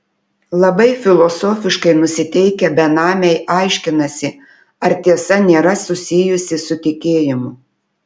labai filosofiškai nusiteikę benamiai aiškinasi ar tiesa nėra susijusi su tikėjimu